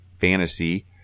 fantasy